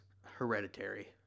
Hereditary